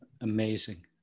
Amazing